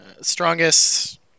strongest